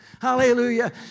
Hallelujah